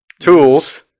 tools